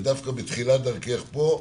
ודווקא בתחילת דרכך פה,